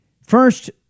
first